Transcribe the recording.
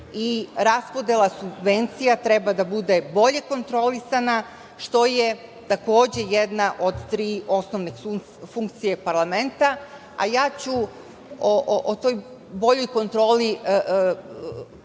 i raspodela subvencija treba da bude bolje kontrolisana, što je takođe jedna od tri osnovne funkcije parlamenta, a ja ću o toj boljoj kontroli